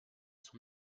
son